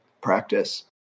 practice